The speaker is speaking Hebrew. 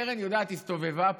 אבל קרן, קרן יודעת, היא הסתובבה פה,